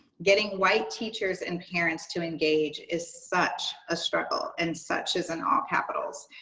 getting white teachers and parents to engage is such a struggle and such is in all capitals.